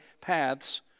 paths